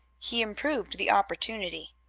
he improved the opportunity.